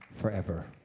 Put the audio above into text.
forever